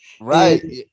Right